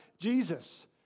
Jesus